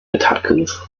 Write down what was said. attackers